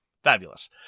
Fabulous